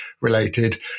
related